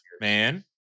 man